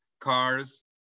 cars